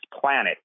planet